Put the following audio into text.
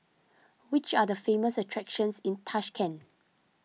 which are the famous attractions in Tashkent